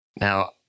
Now